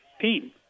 team